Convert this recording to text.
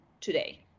today